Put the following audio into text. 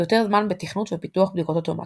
ויותר זמן בתכנות ובפיתוח בדיקות אוטומטיות.